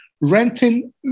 renting